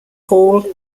hall